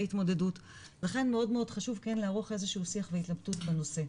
התמודדות לכן מאוד חשוב כן לערוך איזשהו שיח והתלבטות בנושא.